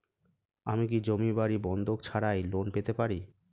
আমি কি জমি বাড়ি বন্ধক ছাড়াই লোন পেতে পারি?